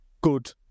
good